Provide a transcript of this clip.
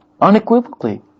unequivocally